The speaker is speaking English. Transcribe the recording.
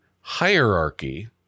hierarchy